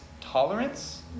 tolerance